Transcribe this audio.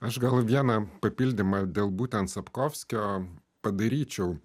aš gal vieną papildymą dėl būtent sapkovskio padaryčiau